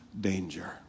danger